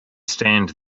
stand